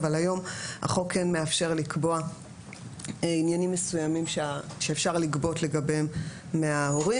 אבל היום החוק מאפשר לקבוע עניינים מסוימים שאפשר לגבות לגביהם מההורים.